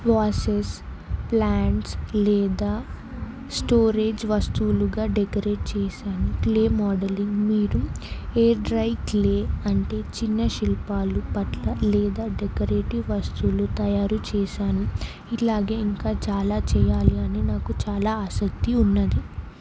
vases plants లేదా storage వస్తువులుగా decorate చేశాను క్లే మోడలింగ్ మీరు ఎయిర్ డ్రై క్లే అంటే చిన్న శిల్పాలు పట్ల లేదా డెకరేటివ్ వస్తువులు తయారు చేశాను ఇలాగే ఇంకా చాలా చేయాలి అని నాకు చాలా ఆసక్తి ఉన్నది